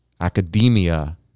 academia